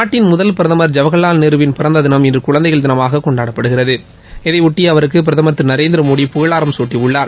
நாட்டின் முதல் பிரதமர் ஜவஹர்வால் நேருவின் பிறந்த தினம் இன்று குழந்தைகள் தினமாக கொண்டாடப்படுகிறது இதையொட்டி அவருக்கு பிரதமர் நரேந்திர மோடி புகழாரம் சூட்டியுள்ளார்